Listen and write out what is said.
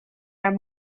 are